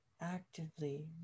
actively